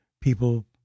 people